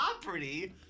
Property